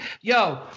Yo